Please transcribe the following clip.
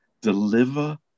deliver